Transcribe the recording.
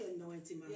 anointing